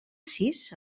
sis